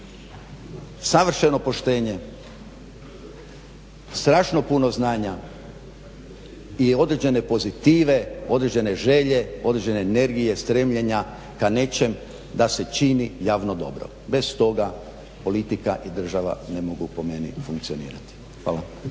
savršeno poštenje, strašno puno znanja i određene pozitive, određene želje, određene energije, stremljenja ka nečem da se čini javno dobro. Bez toga politika i država ne mogu po meni funkcionirati. Hvala.